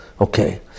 Okay